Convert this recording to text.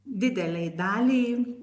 didelei daliai